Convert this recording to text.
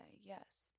yes